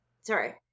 sorry